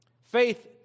faith